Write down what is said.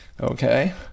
Okay